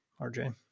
RJ